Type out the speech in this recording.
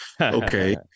okay